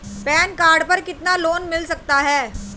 Pan card पर कितना loan मिल सकता है?